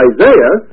Isaiah